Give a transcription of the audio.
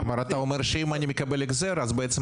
--- אבל אתה אומר שאם אני מקבל החזר בעצם,